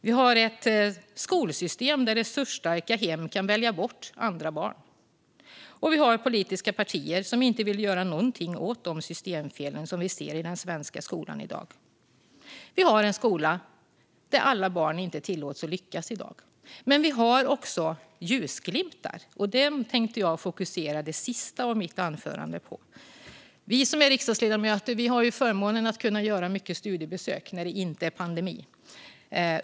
Vi har ett skolsystem där resursstarka hem kan välja bort andra barn. Och vi har politiska partier som inte vill göra någonting åt de systemfel som vi ser i den svenska skolan i dag. Vi har i dag en skola där alla barn inte tillåts att lyckas. Men det finns också ljusglimtar, och dem tänkte jag fokusera det sista av mitt anförande på. Vi riksdagsledamöter har ju förmånen att kunna göra många studiebesök när det inte är pandemi.